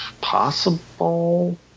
Possible